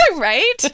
Right